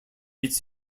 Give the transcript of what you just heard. its